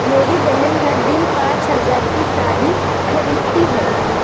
मेरी बहन हर दिन पांच हज़ार की साड़ी खरीदती है